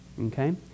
Okay